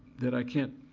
that i can't,